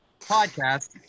podcast